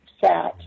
fat